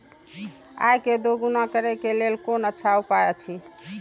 आय के दोगुणा करे के लेल कोन अच्छा उपाय अछि?